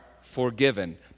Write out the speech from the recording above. forgiven